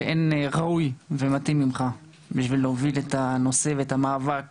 שאין ראוי ומתאים ממך בשביל להוביל את הנושא והמאבק